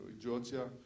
Georgia